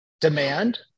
demand